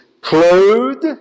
clothed